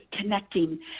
connecting